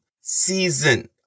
season